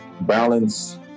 balance